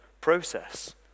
process